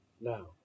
now